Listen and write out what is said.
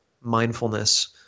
mindfulness